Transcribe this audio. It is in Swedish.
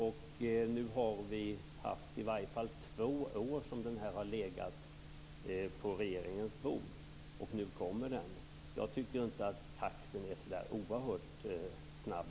Den här propositionen har legat på regeringens bord i två år, och nu kommer den. Jag tycker inte att takten är så oerhört snabb.